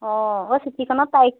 অঁ অ' চিঠিখনৰ তাৰিখ